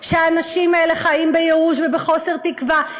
כשהאנשים האלה חיים בייאוש ובחוסר תקווה,